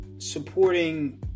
supporting